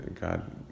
God